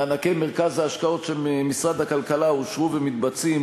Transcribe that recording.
מענקי מרכז ההשקעות של משרד הכלכלה אושרו ומתבצעים,